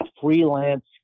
freelance